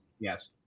Yes